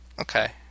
Okay